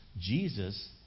Jesus